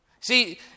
See